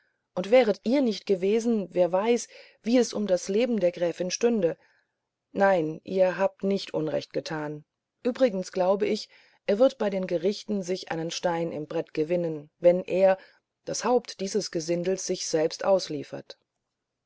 und wäret ihr nicht gewesen wer weiß wie es um das leben der gräfin stünde nein ihr habt nicht unrecht getan übrigens glaube ich er wird bei den gerichten sich einen stein im brett gewinnen wenn er das haupt dieses gesindels sich selbst ausliefert